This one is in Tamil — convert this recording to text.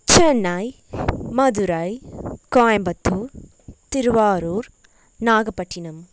சென்னை மதுரை கோயம்புத்தூர் திருவாரூர் நாகப்பட்டினம்